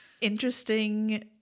interesting